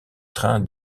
train